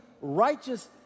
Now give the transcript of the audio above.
righteous